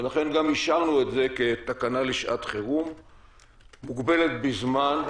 ולכן גם אישרנו את זה כתקנה לשעת חירום מוגבלת בזמן,